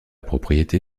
propriété